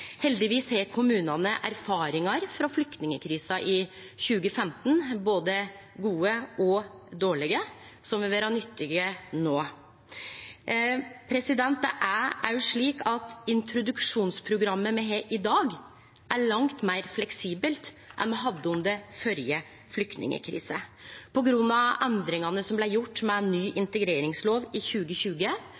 Heldigvis har kommunane erfaringar frå flyktningkrisa i 2015 – både gode og dårlege – som vil vere nyttige no. Det er òg slik at introduksjonsprogrammet me har i dag, er langt meir fleksibelt enn det me hadde under den førre flyktningkrisa. På grunn av endringane som blei gjorde med ny integreringslov i 2020,